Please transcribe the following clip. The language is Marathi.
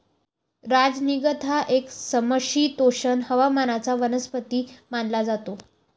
राजनिगंध हा एक समशीतोष्ण हवामानाचा वनस्पती मानला जातो